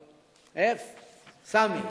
סמי.